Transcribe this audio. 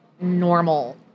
normal